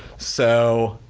so,